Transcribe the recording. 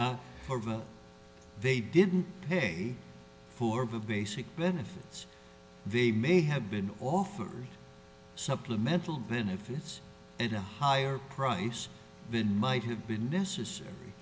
that they didn't pay for basic benefits they may have been offered supplemental benefits at a higher price than might have been necessary